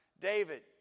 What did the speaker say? David